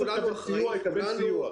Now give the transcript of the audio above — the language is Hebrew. כולנו אחראים,